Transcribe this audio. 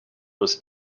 was